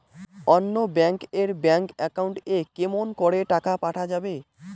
অন্য ব্যাংক এর bank account এ কেমন করে টাকা পাঠা যাবে?